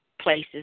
places